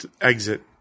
exit